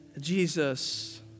Jesus